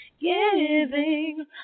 Giving